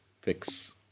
fix